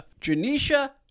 Janisha